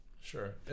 Sure